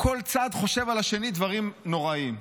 כל צד חושב על השני דברים נוראים.